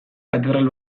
katedral